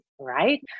right